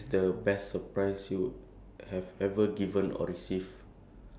K the the next one is mine mine is also under stories